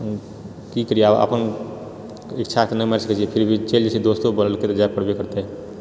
की करियै आब अपन इच्छा तऽ नहि मारि सकैत छियै फिर भी चलि जाइ छियै दोस्तो बोललकै तऽ जाए पड़तै